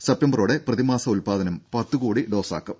സെപ്റ്റംബറോടെ പ്രതിമാസ ഉൽപ്പാദനം പത്ത് കോടി ഡോസാക്കും